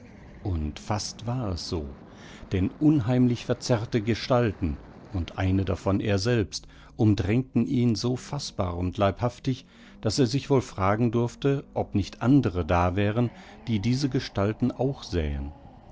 und fast war es so denn unheimlich verzerrte gestalten und eine davon er selbst umdrängten ihn so faßbar und leibhaftig daß er sich wohl fragen durfte ob nicht andere da wären die diese gestalten auch sähen